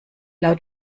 laut